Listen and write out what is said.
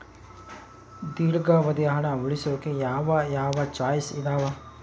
ದೇರ್ಘಾವಧಿ ಹಣ ಉಳಿಸೋಕೆ ಯಾವ ಯಾವ ಚಾಯ್ಸ್ ಇದಾವ?